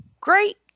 Great